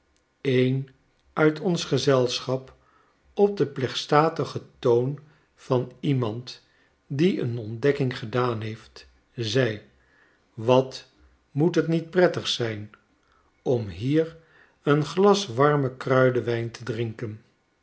een uit ons gezelschap op den plechtstatigen toon van iemand die een ontdekking gedaan heeft zei wat moet het niet prettig zijn om hier een glas warmen kruidenwijn te drinken